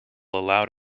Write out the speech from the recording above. allowed